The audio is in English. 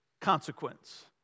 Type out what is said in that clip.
consequence